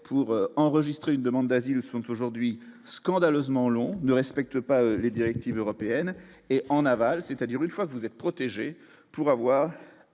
pour enregistrer une demande d'asile sont aujourd'hui scandaleusement on ne respecte pas les directives européennes et en aval, c'est-à-dire une fois que vous êtes protégé pour avoir